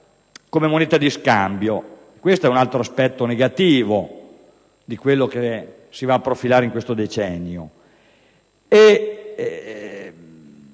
come moneta di scambio; è un altro aspetto negativo di ciò che si va profilando in questo decennio,